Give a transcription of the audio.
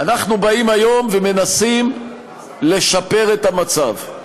אנחנו באים היום ומנסים לשפר את המצב.